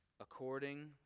according